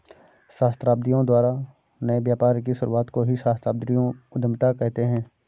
सहस्राब्दियों द्वारा नए व्यापार की शुरुआत को ही सहस्राब्दियों उधीमता कहते हैं